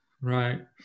right